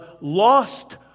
lost